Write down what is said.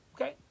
Okay